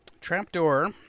trapdoor